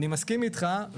אני מסכים איתך,